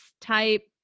type